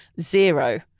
zero